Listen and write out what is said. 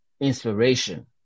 inspiration